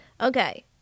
Okay